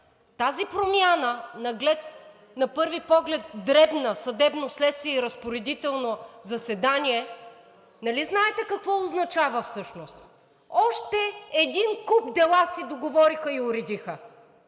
промяна на пръв поглед – съдебно следствие и разпоредително заседание, нали знаете какво означава всъщност? Още един куп дела си договориха и уредиха!